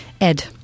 Ed